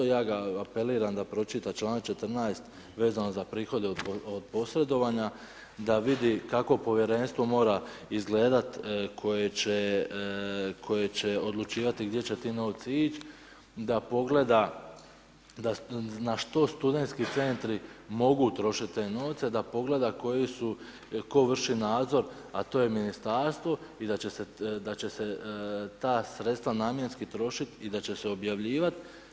Ja ga apeliram da pročita članak 14 vezano za prihode od posredovanja da vidi kako povjerenstvo mora izgledati koje će odlučivati gdje će ti novci ići da pogleda na što studentski centri mogu trošiti te novce, da pogleda koji su, tko vrši nadzor a to je ministarstvo i da će se ta sredstva namjenski trošiti i da će se objavljivati.